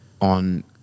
on